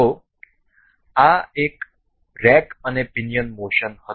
તેથી આ એક રેક અને પિનિયન મોશન હતી